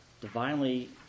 divinely